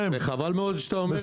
וחבל מאוד שאתה אומר את הדברים.